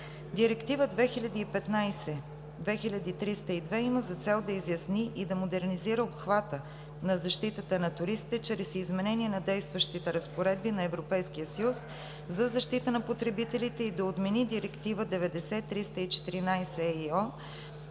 Директива 2015/2302 има за цел да изясни и да модернизира обхвата на защитата на туристите чрез изменение на действащите разпоредби на Европейския съюз за защита на потребителите и да отмени Директива 90/314/ЕИО,